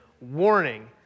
warning